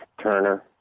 turner